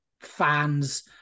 fans